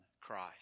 Christ